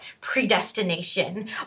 predestination